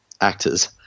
actors